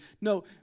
No